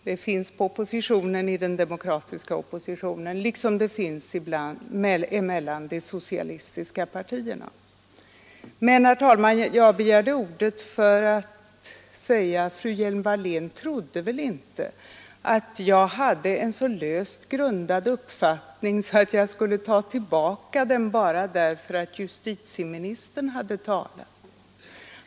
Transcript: Den gemenskapen finns inom den demokratiska oppositionen liksom mellan de socialistiska partierna. Men, herr talman, jag begärde ordet för att säga att fru Hjelm-Wallén trodde väl inte att jag hade en så löst grundad uppfattning att jag skulle ta tillbaka den bara därför att justitieministern hade talat.